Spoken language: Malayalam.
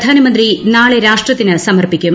പ്രധാനമന്ത്രി നാളെ രാഷ്ട്രത്തിന് സമർപ്പിക്കും